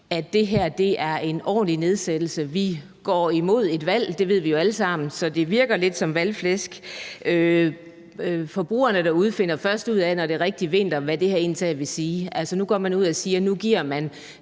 at det her er en ordentlig nedsættelse? Vi går imod et valg – det ved vi jo alle sammen – så det virker lidt som valgflæsk. Forbrugerne derude finder først ud af, når det er rigtig vinter, hvad det her egentlig vil sige. Altså, nu går man ud og siger, at man giver